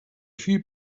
few